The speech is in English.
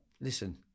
listen